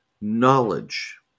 knowledge